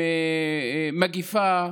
עם מגפה,